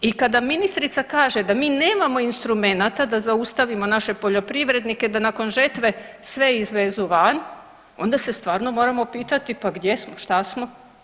I kada ministrica kaže da mi nemamo instrumenata da zaustavimo naše poljoprivrednike da nakon žetve sve izvezu van onda se stvarno moramo pitati pa gdje smo, što smo.